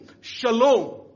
Shalom